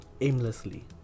aimlessly